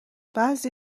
بعضی